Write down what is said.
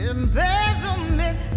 embezzlement